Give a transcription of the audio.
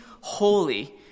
holy